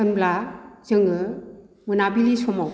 होनब्ला जोङो मोनाबिलि समाव